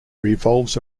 revolves